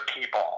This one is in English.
people